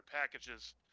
packages